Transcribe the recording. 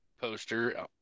poster